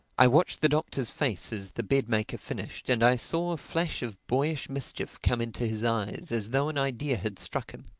i watched the doctor's face as the bed-maker finished, and i saw a flash of boyish mischief come into his eyes as though an idea had struck him.